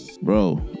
Bro